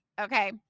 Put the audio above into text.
okay